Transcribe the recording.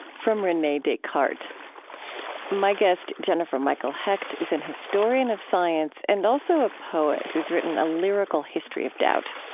from rene descartes my guest, jennifer michael hecht, is an historian of science and also a poet who's written a lyrical history of doubt.